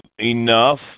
enough